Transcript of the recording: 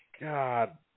God